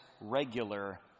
regular